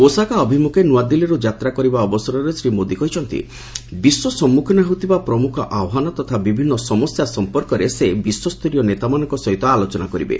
Osaka ଅଭିମୁଖେ ନୁଆଦିଲ୍ଲୀରୁ ଯାତ୍ରା କରିବା ଅବସରରେ ଶ୍ରୀ ମୋଦି କହିଛନ୍ତି ବିଶ୍ୱ ସମ୍ମୁଖୀନ ହେଉଥିବା ପ୍ରମୁଖ ଆହ୍ୱାନ ତଥା ବିଭିନ୍ନ ସମସ୍ୟା ସଂପର୍କରେ ସେ ବିଶ୍ୱସ୍ତରୀୟ ନେତାମାନଙ୍କ ସହିତ ଆଲୋଚନା କରିବେ